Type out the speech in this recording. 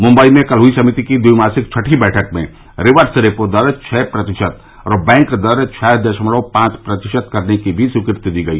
मुंबई में कल हई समिति की द्विमासिक छठी बैठक में रिवर्स रेपो दर छ प्रतिशत और बैंक दर छ दशमलव पांच प्रतिशत करने की भी स्वीकृति दी गई